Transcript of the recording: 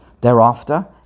Thereafter